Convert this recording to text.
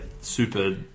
super